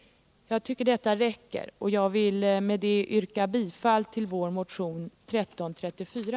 Jag tycker att detta räcker och vill med det sagda yrka bifall till vår motion 1334.